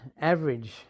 average